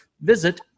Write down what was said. visit